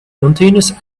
mountainous